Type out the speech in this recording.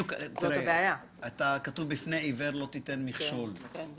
בשביל זה